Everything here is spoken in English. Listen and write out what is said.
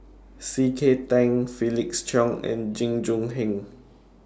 C K Tang Felix Cheong and Jing Jun Hong